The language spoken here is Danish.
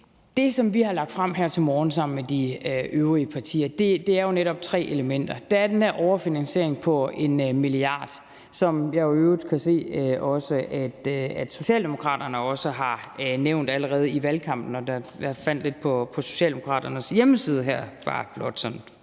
det, som vi har lagt frem her til morgen sammen med de otte øvrige partier, netop er tre elementer. Der er den her overfinansiering på 1 mia. kr., som jeg i øvrigt kan se at også Socialdemokraterne har nævnt allerede i valgkampen. Jeg fandt lidt om det på Socialdemokraternes hjemmeside, blot sådan